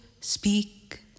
speak